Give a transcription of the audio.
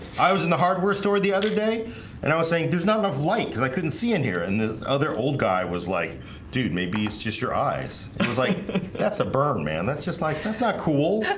i was in the hardware store the other day and i was saying there's not enough light because i couldn't see in here and the other old guy was like dude maybe he's just your eyes. it was like that's a burn man. that's just like that's not cool